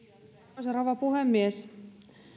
arvoisa rouva puhemies